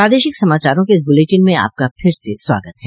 प्रादेशिक समाचारों के इस बुलेटिन में आपका फिर से स्वागत है